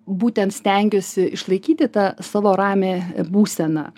būtent stengiuosi išlaikyti tą savo ramią būseną